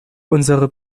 unsere